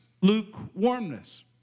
lukewarmness